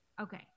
Okay